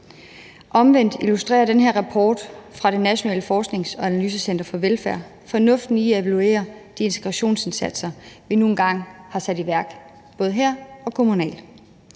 Omvendt illustrerer den her rapport fra Det Nationale Forsknings- og Analysecenter for Velfærd fornuften i, at vi evaluerer de integrationsindsatser, vi nu engang har sat i værk, både her og kommunalt.